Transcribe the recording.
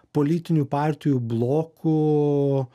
politinių partijų blokų